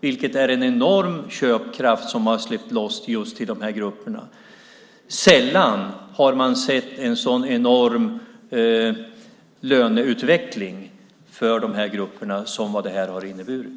Det är en enorm köpkraft som har släppts loss just till de grupperna. Sällan har man sett en sådan enorm löneutveckling för de grupperna som vad det här har inneburit.